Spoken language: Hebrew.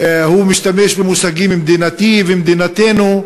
הוא משתמש במושגים "מדינתי" ו"מדינתנו",